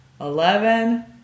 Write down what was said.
eleven